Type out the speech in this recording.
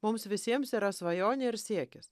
mums visiems yra svajonė ir siekis